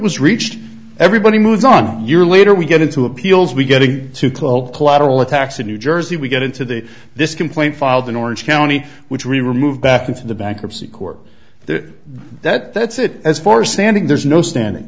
was reached everybody moves on year later we get into appeals we're getting to call collateral attacks in new jersey we get into the this complaint filed in orange county which we removed back into the bankruptcy court there that that's it as for standing there's no standing